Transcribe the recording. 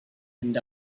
and